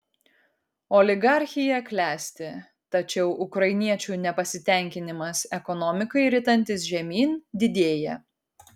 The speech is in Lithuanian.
oligarchija klesti tačiau ukrainiečių nepasitenkinimas ekonomikai ritantis žemyn didėja